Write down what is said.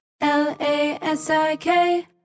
L-A-S-I-K